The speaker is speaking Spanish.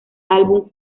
álbum